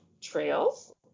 trails